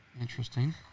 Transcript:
interesting